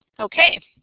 okay,